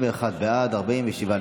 ההצבעה: